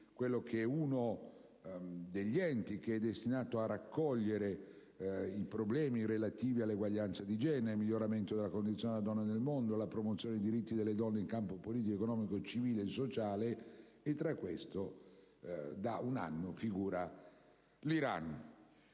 (ECOSOC), uno degli enti destinati a raccogliere i problemi relativi all'uguaglianza di genere, al miglioramento della condizione della donna nel mondo, alla promozione dei diritti delle donne in campo politico, economico, civile e sociale: in questo organo da un anno figura l'Iran.